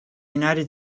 united